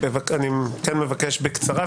אני כן מבקש בקצרה,